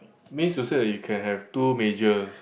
means you say that you can have two majors